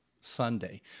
Sunday